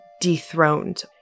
dethroned